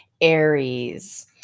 Aries